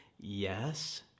yes